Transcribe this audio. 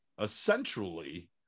essentially